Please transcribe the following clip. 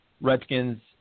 Redskins